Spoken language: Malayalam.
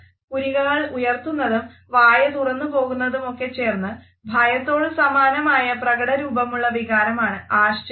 പുരികങ്ങൾ ഉയർത്തുന്നതും വായ തുറന്നു പോകുന്നതുമൊക്കെ ചേർന്ന് ഭയത്തോട് സമാനമായ പ്രകടരൂപമുള്ള വികാരമാണ് ആശ്ചര്യം